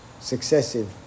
successive